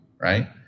right